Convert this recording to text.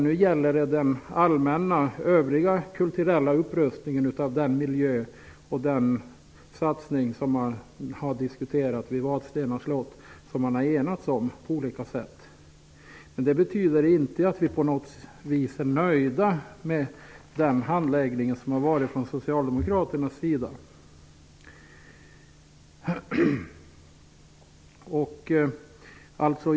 Nu gäller det frågan om den övriga allmänna kulturella upprustningen och satsningen på Vadstena slott som utskottet på olika sätt har enats om. Det betyder inte på något sätt att vi socialdemokrater är nöjda med handläggningen.